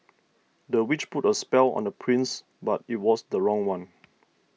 the witch put a spell on the prince but it was the wrong one